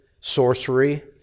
sorcery